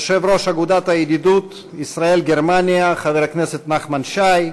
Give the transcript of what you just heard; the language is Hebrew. יושב-ראש אגודת הידידות ישראל-גרמניה חבר הכנסת נחמן שי,